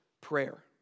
prayer